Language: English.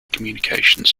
communications